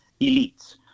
elites